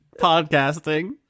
podcasting